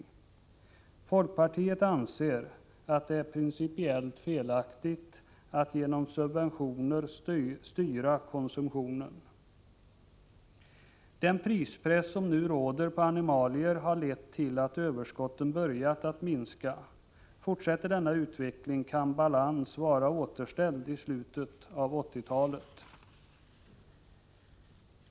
Vi i folkpartiet anser att det är principiellt felaktigt att genom subventioner styra konsumtionen. Den prispress som nu råder när det gäller animalier har lett till att överskotten har börjat minska. Fortsätter denna utveckling, kan balansen vara återställd i slutet av 1980-talet.